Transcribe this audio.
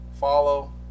follow